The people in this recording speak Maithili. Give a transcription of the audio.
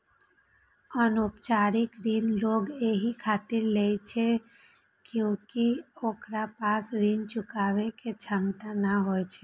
अनौपचारिक ऋण लोग एहि खातिर लै छै कियैकि ओकरा पास ऋण चुकाबै के क्षमता नै होइ छै